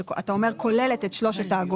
שאתה אומר שהיא כוללת את שלוש האגורות,